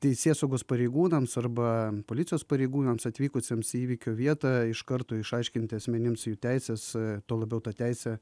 teisėsaugos pareigūnams arba policijos pareigūnams atvykusiems į įvykio vietą iš karto išaiškinti asmenims jų teises tuo labiau tą teisę